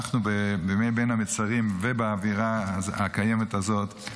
אנחנו בימי בין המצרים ובאווירה הקיימת הזאת,